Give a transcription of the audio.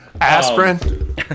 Aspirin